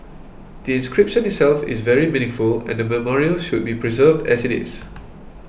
the inscription itself is very meaningful and memorial should be preserved as it is